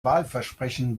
wahlversprechen